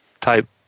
type